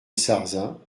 sarzin